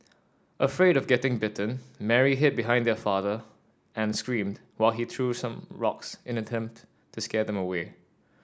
afraid of getting bitten Mary hid behind her father and screamed while he threw some rocks in an attempt to scare them away